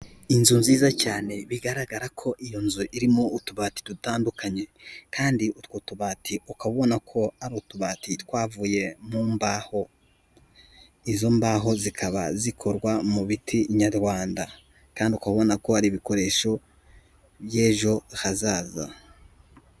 Inzu nziza cyane bigaragara ko iyo nzu irimo utubati dutandukanye, kandi utwo tubati ukaba ubona ko ari utubati twavuye mu mbaho, izo mbahoho zikaba zikorwa mu biti nyarwanda, kandi ukaba ubona ko ari ibikoresho by'ejo hazaza.